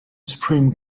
supreme